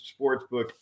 Sportsbook